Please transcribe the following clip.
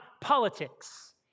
politics